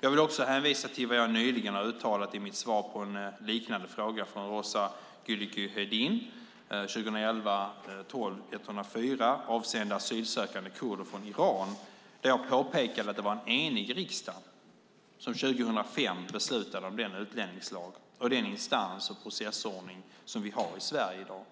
Jag vill också hänvisa till vad jag nyligen har uttalat i mitt svar på en liknande fråga från Roza Güclü Hedin, 2011/12:104, avseende asylsökande kurder från Iran, där jag påpekade att det var en enig riksdag som 2005 beslutade om den utlänningslag och den instans och processordning som vi har i Sverige i dag.